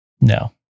No